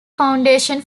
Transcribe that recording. foundation